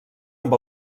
amb